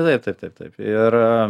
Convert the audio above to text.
taip taip taip taip ir